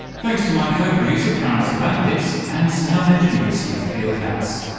thanks to my co-producer karin zsivanovits and sound engineer steve fieldhouse.